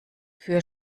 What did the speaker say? für